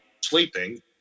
sleeping